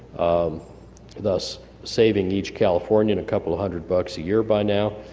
um thus saving each californian a couple of hundred bucks a year by now.